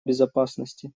безопасности